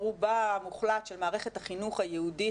רובה המוחלט של מערכת החינוך היהודית,